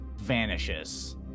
vanishes